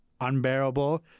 unbearable